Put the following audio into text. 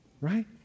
right